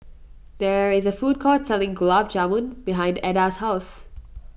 there is a food court selling Gulab Jamun behind Adda's house